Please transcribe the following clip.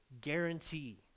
guarantee